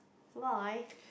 !wow! I